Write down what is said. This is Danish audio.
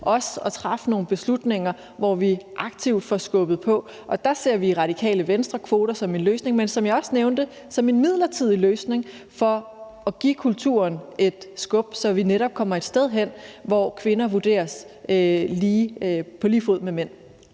også at træffe nogle beslutninger, hvor vi aktivt får skubbet på. Der ser vi i Radikale Venstre kvoter som en løsning, men som en midlertidig løsning, som jeg også nævnte, for at give kulturen et skub, så vi netop kommer et sted hen, hvor kvinder vurderes på lige fod med mænd.